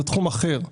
שזה תחום אחר.